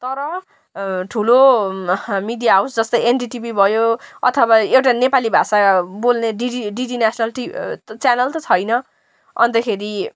तर ठुलो media house जस्तै एनडी टिभी भयो अथवा एउटा नेपाली भाषा बोल्ने डिडी नेसनल टिभी च्यानल त छैन अन्तखेरि